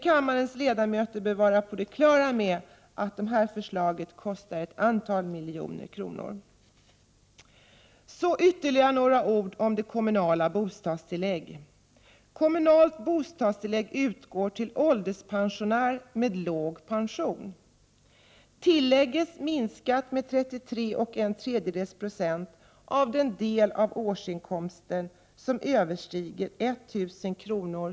Kammarens ledamöter bör dock vera på det klara med att förslagen kostar ett antal miljoner kronor. Så ytterligare några ord om det kommunala bostadstillägget. Kommunalt bostadstillägg utgår till ålderspensionärer med låg pension. Tillägget minskas med 33 1/3 20 av den del av årsinkomsten som överstiger 1 000 kr.